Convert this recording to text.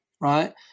right